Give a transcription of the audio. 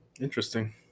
Interesting